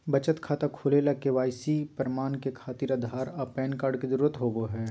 बचत खाता खोले ला के.वाइ.सी प्रमाण के खातिर आधार आ पैन कार्ड के जरुरत होबो हइ